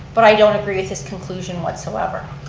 but i don't agree with his conclusions whatsoever.